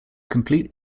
complete